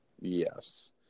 Yes